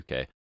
UK